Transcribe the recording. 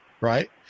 Right